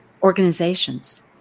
organizations